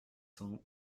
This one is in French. cent